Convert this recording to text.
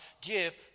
give